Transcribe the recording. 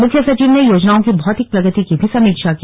मुख्य सचिव ने योजनाओं की भौतिक प्रगति की भी समीक्षा की